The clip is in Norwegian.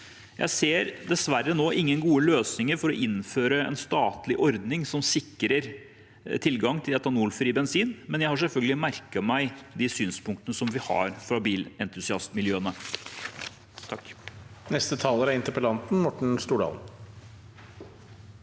Jeg ser dessverre nå ingen gode løsninger for å innføre en statlig ordning som sikrer tilgang til etanolfri bensin, men jeg har selvfølgelig merket meg de synspunktene som vi har fått fra bilentusiastmiljøene.